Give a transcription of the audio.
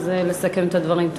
אז לסכם את הדברים.